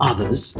Others